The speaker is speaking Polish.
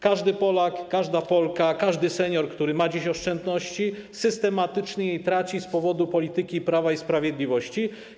Każdy Polak, każda Polka, każdy senior, którzy mają dziś oszczędności, systematycznie je tracą z powodu polityki Prawa i Sprawiedliwości.